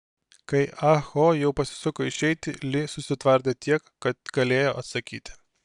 kai ah ho jau pasisuko išeiti li susitvardė tiek kad galėjo atsakyti